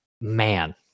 man